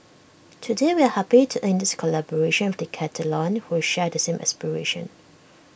today we are happy to ink this collaboration with Decathlon who share the same aspiration